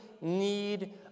need